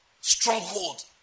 stronghold